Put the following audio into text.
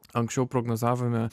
anksčiau prognozavome